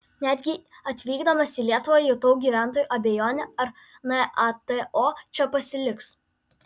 netgi atvykdamas į lietuvą jutau gyventojų abejonę ar nato čia pasiliks